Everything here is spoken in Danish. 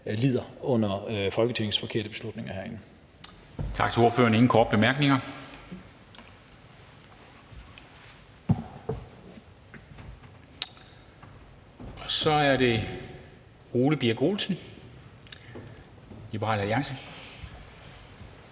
lider under Folketingets forkerte beslutninger.